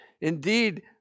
indeed